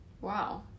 wow